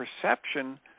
perception